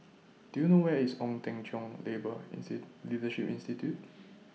Do YOU know Where IS Ong Teng Cheong Labour inside Leadership Institute